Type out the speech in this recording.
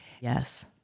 Yes